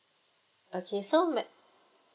okay so may